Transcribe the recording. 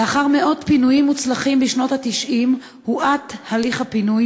לאחר מאות פינויים מוצלחים בשנות ה-90 הואט הליך הפינוי,